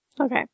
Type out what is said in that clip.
Okay